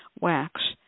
wax